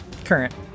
current